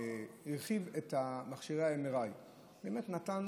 שהרחיב את פריסת מכשירי ה-MRI ובאמת נתן